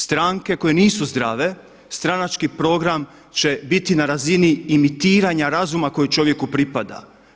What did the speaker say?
Stranke koje nisu zdrave stranački program će biti na razini imitiranja razuma koji čovjeku pripada.